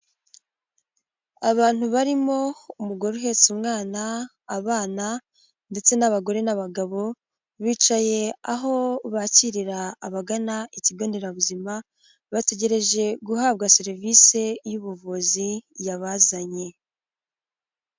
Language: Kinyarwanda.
Abantu barimo umugore uhetse umwana abana ndetse n'abagore n'abagabo bicaye aho bakirira abagana ikigo nderabuzima bategereje guhabwa serivisi y'ubuvuzi yabazanye.